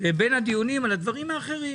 בין הדיונים על הדברים האחרים,